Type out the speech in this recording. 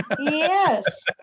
Yes